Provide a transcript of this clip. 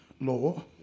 law